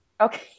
Okay